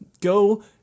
go